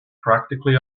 practically